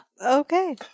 Okay